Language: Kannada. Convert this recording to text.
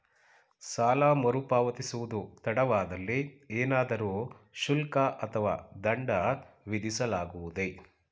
ಸಾಲ ಮರುಪಾವತಿಸುವುದು ತಡವಾದಲ್ಲಿ ಏನಾದರೂ ಶುಲ್ಕ ಅಥವಾ ದಂಡ ವಿಧಿಸಲಾಗುವುದೇ?